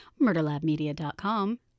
murderlabmedia.com